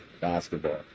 basketball